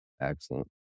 Excellent